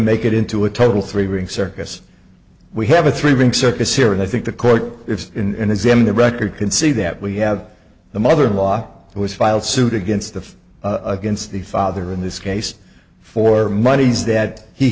make it into a total three ring circus we have a three ring circus here and i think the court and examine the record can see that we have the mother in law who has filed suit against the against the father in this case for monies that he